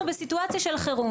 אנחנו בסיטואציה של חירום.